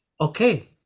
Okay